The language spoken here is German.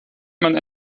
man